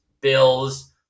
Bills